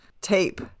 tape